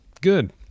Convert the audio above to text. Good